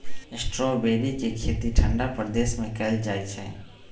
strawberry के खेती ठंडा प्रदेश में कएल जाइ छइ